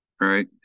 Right